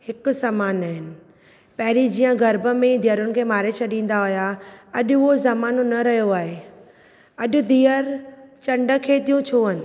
हिकु समान आहिनि पहिरें जीअं गर्भ में धीअरुनि खे मारे छॾींदा हुआ अॼु उहो ज़मानो न रहियो आहे अॼु धीअरु चंड खे थियूं छुअनि